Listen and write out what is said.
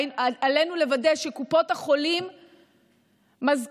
ועלינו לוודא שקופות החולים מזכירות